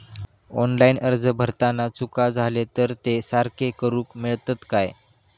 Online अर्ज भरताना चुका जाले तर ते सारके करुक मेळतत काय?